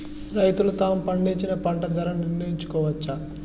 రైతులు తాము పండించిన పంట ధర నిర్ణయించుకోవచ్చా?